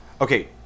Okay